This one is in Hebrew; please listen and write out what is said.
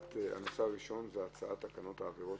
הנושא הראשון זה הצעת תקנות העבירות